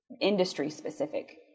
industry-specific